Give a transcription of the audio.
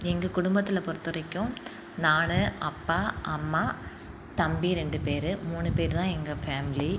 எங்க குடும்பத்தில் பொறுத்த வரைக்கும் நான் அப்பா அம்மா தம்பி ரெண்டு பேர் மூணு பேர்தான் எங்கள் ஃபேமிலி